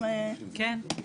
כן.